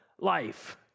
life